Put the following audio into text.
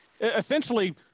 essentially –